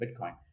Bitcoin